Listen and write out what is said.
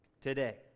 today